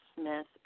Smith